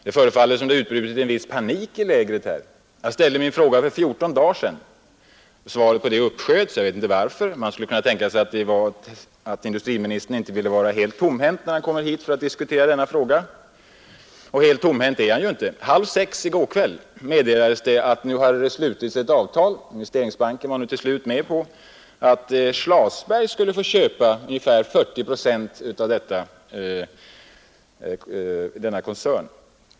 Det förefaller som om det utbrutit viss panik i lägret, eftersom svaret på frågan uppsköts en vecka av en för mig okänd anledning. Man skulle kunna tänka sig att industriministern inte ville vara helt tomhänt när han skulle komma hit för att diskutera denna fråga. Helt tomhänt är han inte heller. Klockan halv sex i går kväll meddelades att det nu har slutits ett avtal i frågan. Investeringsbanken gick nu med på att Schlasbergs konfektions AB skulle få köpa ungefär 40 procent av denna koncern.